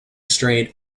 straight